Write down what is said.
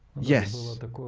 yes.